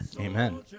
Amen